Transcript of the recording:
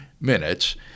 minutes